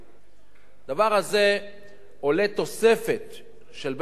הדבר הזה עולה תוספת של בין 30 ל-40